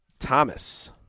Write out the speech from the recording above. Thomas